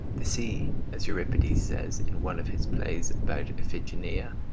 the sea, as euripides says in one of his plays about iphigeneia,